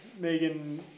Megan